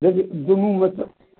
एहि दुनूमेसॅं